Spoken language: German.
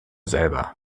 selber